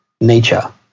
nature